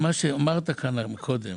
מה שאמרת כאן קודם,